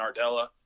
Nardella